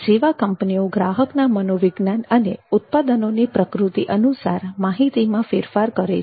સેવા કંપનીઓ ગ્રાહકના મનોવિજ્ઞાન અને ઉત્પાદનોની પ્રકૃતિ અનુસાર માહિતીમાં ફેરફાર કરે છે